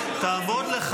תפתרו את זה בוועדה.